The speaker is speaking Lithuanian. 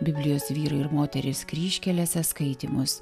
biblijos vyrai ir moterys kryžkelėse skaitymus